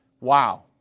wow